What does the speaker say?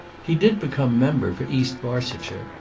he did become member for east barsetshire,